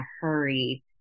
hurry